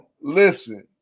Listen